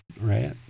right